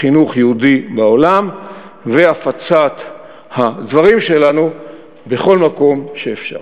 חינוך יהודי בעולם והפצת הדברים שלנו בכל מקום שאפשר.